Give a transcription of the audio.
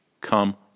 Come